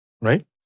Right